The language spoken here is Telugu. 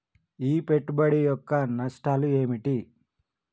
ఈ పెట్టుబడి యొక్క నష్టాలు ఏమిటి?